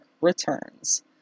returns